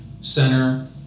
center